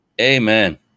Amen